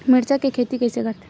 मिरचा के खेती कइसे करथे?